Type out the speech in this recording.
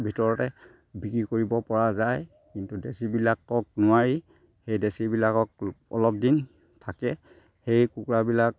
ভিতৰতে বিক্ৰী কৰিব পৰা যায় কিন্তু দেচিবিলাকক নোৱাৰি সেই ডেচিবিলাকক অলপ দিন থাকে সেই কুকুৰাবিলাক